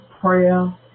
prayer